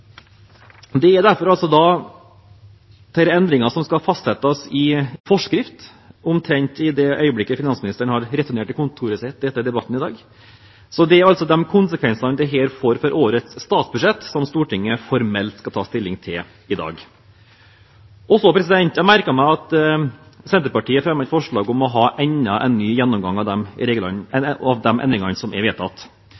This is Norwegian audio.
Dette er derfor endringer som skal fastsettes i forskrift omtrent i det øyeblikket finansministeren har returnert til kontoret sitt etter debatten i dag. Det er altså de konsekvensene dette får for årets statsbudsjett, Stortinget formelt tar stilling til i dag. Jeg merker meg at Senterpartiet fremmer et forslag om å ha enda en ny gjennomgang av